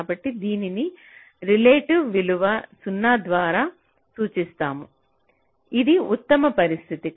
కాబట్టి దానిని రిలేటివ్ విలువ 0 ద్వారా సూచిస్తాము ఇది ఉత్తమ పరిస్థితి